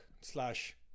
slash